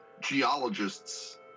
geologists